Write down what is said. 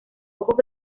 ojos